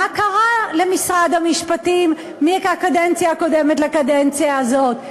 מה קרה למשרד המשפטים מהקדנציה הקודמת לקדנציה הזאת?